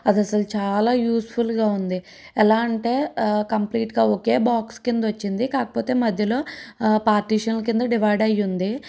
అది అసలు చాలా యూజ్ఫుల్గా ఉంది ఎలా అంటే కంప్లీట్గా ఒకే బాక్స్ కింద వచ్చింది కాకపోతే మధ్యలో పార్టీషియన్ కింద డివైడ్ అయ్యి ఉంది